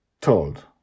Told